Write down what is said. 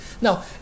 now